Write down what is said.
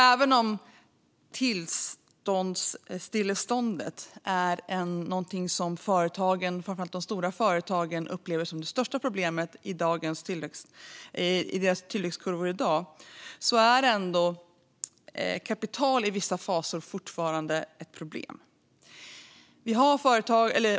Även om tillståndsstilleståndet är det som företagen, framför allt de stora, upplever som det största problemet i sina tillväxtkurvor i dag är kapital i vissa faser fortfarande ett problem.